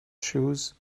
shoes